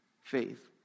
faith